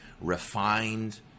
Refined